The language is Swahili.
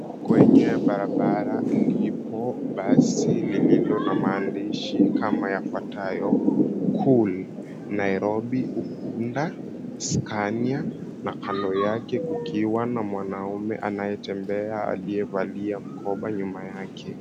Kwenye barabara, lipo basi lililo na maandishi kama yafuatayo, "Cool, Nairobi, Ukunda, Scania". Na kando yake kukiwa na mwanamume anayetembea aliyevalia mkoba nyuma yake.